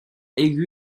aigu